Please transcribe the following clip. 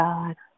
God